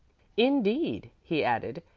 indeed, he added,